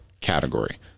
category